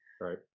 right